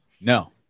no